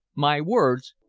my words,